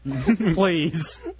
Please